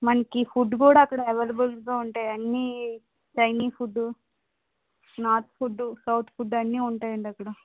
మనకి ఫుడ్ కూడా అక్కడ అవైలబుల్గా ఉంటాయ్ అన్నీ Chinese food north food south food అన్నీ ఉంటాయండి అక్కడ